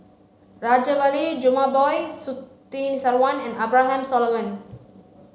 Rajabali Jumabhoy Surtini Sarwan and Abraham Solomon